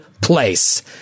place